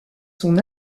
son